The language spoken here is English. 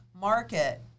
market